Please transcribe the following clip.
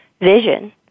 vision